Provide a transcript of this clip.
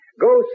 Go